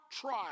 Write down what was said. trial